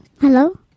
Hello